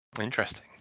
Interesting